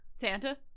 Santa